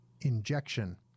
Injection